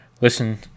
listen